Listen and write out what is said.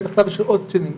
ותחתיו יש עוד קצינים.